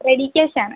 ready cash ആണ്